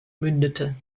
mündete